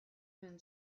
men